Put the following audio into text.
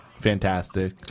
fantastic